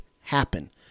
happen